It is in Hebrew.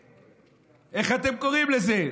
איך אתם קוראים לזה,